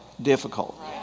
difficult